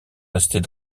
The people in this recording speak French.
restés